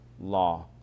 law